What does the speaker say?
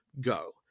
Go